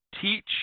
teach